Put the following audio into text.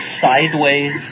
sideways